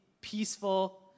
peaceful